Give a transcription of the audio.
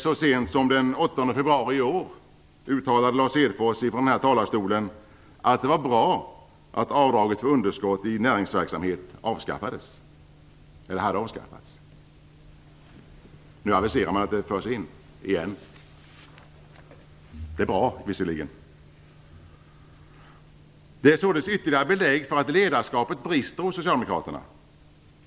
Så sent som den 8 februari uttalade Lars Hedfors från denna talarstol att det var bra att avdraget för underskott i näringsverksamhet hade avskaffats. Nu aviserar man om att det införs igen, och det är visserligen bra. Det är således ytterligare belägg för att ledarskapet brister hos Socialdemokraterna.